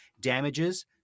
Damages